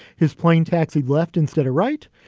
his plane taxied left instead of right,